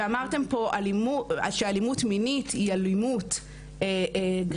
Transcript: ואמרתם פה שאלימות מינית היא אלימות גרידא,